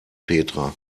petra